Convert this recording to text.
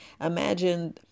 Imagine